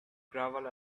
gravel